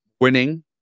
winning